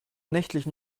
nächtlichen